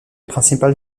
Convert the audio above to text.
principal